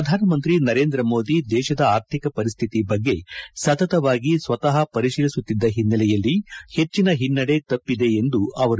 ಪ್ರಧಾನಮಂತ್ರಿ ನರೇಂದ್ರ ಮೋದಿ ದೇಶದ ಆರ್ಥಿಕ ಪರಿಸ್ಥಿತಿ ಬಗ್ಗೆ ಸತತವಾಗಿ ಸ್ವತ ಪರಿಶೀಲಿಸುತ್ತಿದ್ದ ಹಿನ್ನೆಲೆಯಲ್ಲಿ ಹೆಚ್ಚಿನ ಹಿನ್ನಡೆ ತಪ್ಪಿದೆ ಎಂದರು